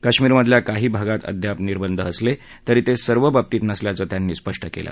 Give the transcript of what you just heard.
काश्मिरमधल्या काही भागात अद्याप निर्बध कायम असले तरी ते सर्व बाबतीत नसल्याचं त्यांनी स्पष्ट केलं